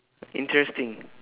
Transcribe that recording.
interesting